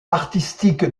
artistique